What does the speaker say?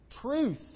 truth